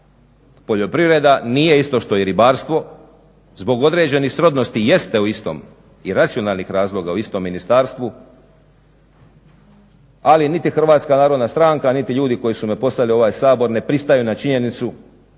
poljoprivreda nije isto što i ribarstvo zbog određenih srodnosti jeste u istom i racionalnih razloga u istom ministarstvu, ali niti HNS niti ljudi koji su me poslali u ovaj Sabor ne pristaju na činjenicu